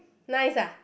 nice ah